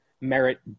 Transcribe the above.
merit